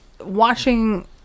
watching